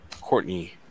Courtney